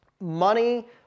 money